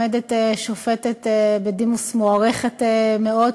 עומדת שופטת בדימוס מוערכת מאוד,